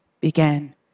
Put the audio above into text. began